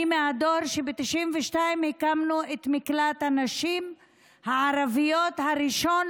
אני מהדור שבו ב-1992 הקמנו את מקלט הנשים הערביות הראשון,